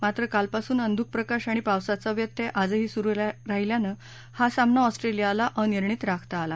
मात्र कालपासून अंधुक प्रकाश आणि पावसाचा व्यत्यय आजही सुरू राहिल्यानं हा सामना ऑस्ट्रेलियाला अनिर्णित राखता आला